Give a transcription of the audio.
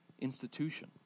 institution